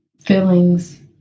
feelings